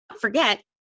forget